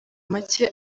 make